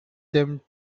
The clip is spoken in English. them